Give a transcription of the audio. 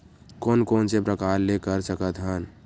कोन कोन से प्रकार ले कर सकत हन?